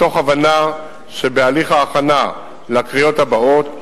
מתוך הבנה שבהליך ההכנה לקריאות הבאות,